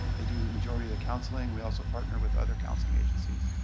they do the majority of the counseling. we also partner with other counseling agencies.